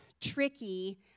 tricky